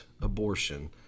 abortion